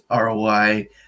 ROI